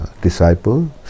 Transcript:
disciple